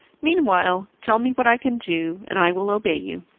meanwhile, tell me what i can do, and i will obey you.